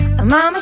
Mama